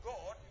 God